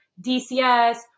DCS